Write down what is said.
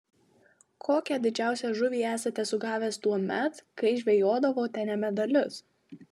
kokią didžiausią žuvį esate sugavęs tuomet kai žvejodavote ne medalius